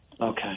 okay